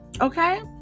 okay